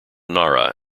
nara